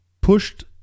pushed